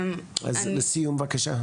אז לסיום בבקשה,